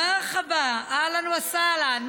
מרחבא, אהלן וסהלן.